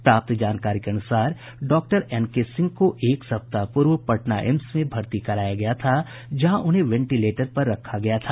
प्राप्त जानकारी के अनुसार डॉक्टर एनके सिंह को एक सप्ताह पूर्व पटना एम्स में भर्ती कराया गया था जहां उन्हें वेंटिलेटर पर रखा गया था